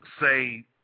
say